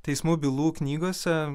teismų bylų knygose